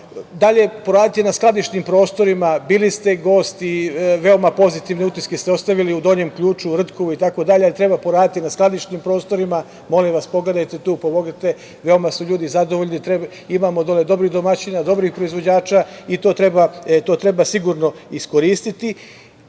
poraditi na skladišnim prostorima. Bili ste gosti i veoma pozitivne utiske ste ostavili u Donjem Ključu, Rtkovu itd, ali treba poraditi na skladišnim prostorima. Molim vas, pogledajte tu, pomognite. Veoma su ljudi zadovoljni, imamo dole dobrih domaćina, dobrih proizvođača i to treba sigurno iskoristiti. Ono